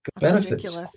benefits